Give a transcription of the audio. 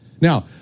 Now